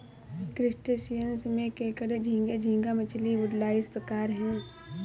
crustaceans में केकड़े झींगे, झींगा मछली, वुडलाइस प्रकार है